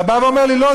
ואתה בא ואומר לי: לא,